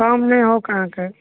आम नहि होकऽ अहाँके